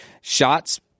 shots